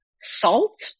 salt